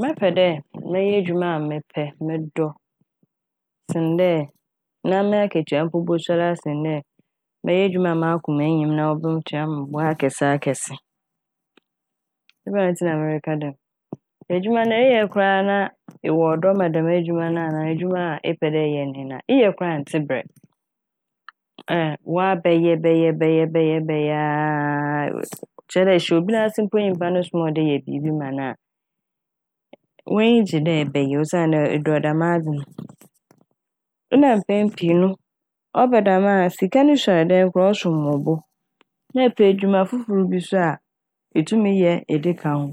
Mɛpɛ dɛ mɛyɛ edwuma a mepɛ medɔ sen dɛ na m'aketua mpo bosuar mpo asen dɛ mɛyɛ edwuma a m'akoma nnyi m' na woetua me bo akɛse akɛse. Ebɛnadze ntsi na mereka dɛm? Edwuma no eyɛ koraa na ewɔ dɔ ma dɛm edwuma no anaa edwuma a epɛ dɛ eyɛ nye no a, eyɛ mpo a nntse brɛ. Waa bɛyɛ bɛyɛ bɛyɛ bɛyɛɛɛ a kyerɛ dɛ ehyɛ obi n'ase na nyimpa no soma wo beebi ma na ee- w'enyi gye dɛ ebɛyɛ osiandɛ edɔ dɛm adze n'. Nna mpɛn pii no ɔba dɛm a sika no suar dɛn mpo a ɔsom wo bo. Na ɛpɛ edwuma fofor mpo ede ka ho.